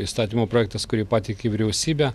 įstatymo projektas kurį pateikė vyriausybė